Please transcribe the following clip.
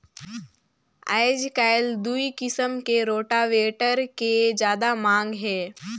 आयज कायल दूई किसम के रोटावेटर के जादा मांग हे